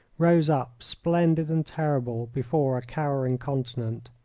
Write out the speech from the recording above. rose up, splendid and terrible, before a cowering continent.